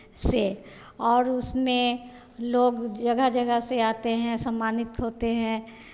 से और उसमें लोग जगह जगह से आते हैं सम्मानित होते हैं